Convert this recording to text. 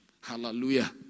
Hallelujah